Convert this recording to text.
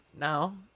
No